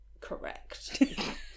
correct